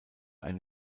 eine